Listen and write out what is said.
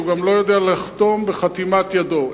הוא גם לא יודע לחתום בחתימת ידו.